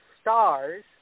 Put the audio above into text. Stars